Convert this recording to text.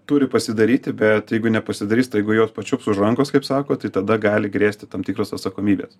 turi pasidaryti bet jeigu nepasidarys tai jeigu juos pačiups už rankos kaip sako tai tada gali grėsti tam tikros atsakomybės